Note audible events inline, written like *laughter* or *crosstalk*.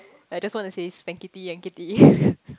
I just want to say spankity yankity *laughs*